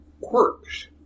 quirks